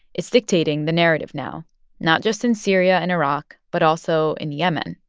it's dictating the narrative now not just in syria and iraq but also in yemen,